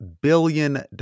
billion